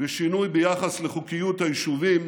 ושינוי ביחס לחוקיות היישובים